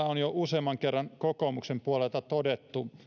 on jo useamman kerran kokoomuksen puolelta todettu